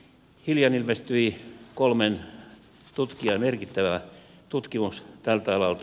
hiljan ilmestyi kolmen tutkijan merkittävä tutkimus tältä alalta